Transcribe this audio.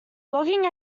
logging